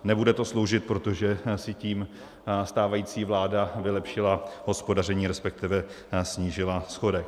Nebude to sloužit, protože si tím stávající vláda vylepšila hospodaření, respektive snížila schodek.